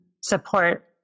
support